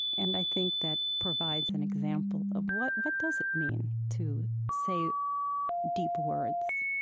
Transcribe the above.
and i think that provides an example of what what does it mean to say deep words.